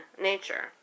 nature